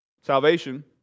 Salvation